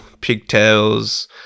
pigtails